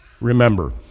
remember